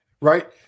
Right